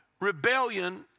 Rebellion